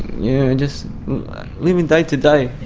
yeah and just living day to day.